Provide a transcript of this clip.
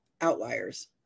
outliers